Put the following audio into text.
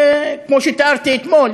כמו שתיארתי אתמול.